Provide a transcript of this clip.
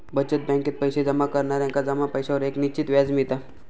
बचत बॅकेत पैशे जमा करणार्यांका जमा पैशांवर एक निश्चित व्याज मिळता